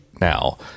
now